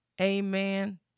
Amen